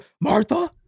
Martha